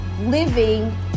living